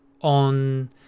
on